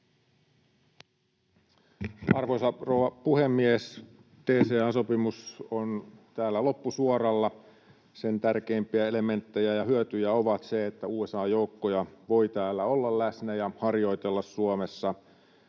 rouva puhemies! DCA-sopimus on täällä loppusuoralla. Sen tärkeimpiä elementtejä ja hyötyjä ovat ne, että USA:n joukkoja voi täällä olla läsnä ja harjoitella Suomessa